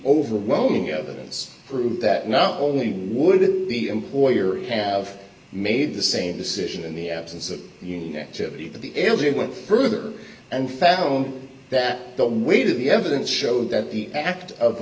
overwhelming evidence proved that not only would the employer have made the same decision in the absence of union activity that the elder went further and found that the weight of the evidence showed that the act of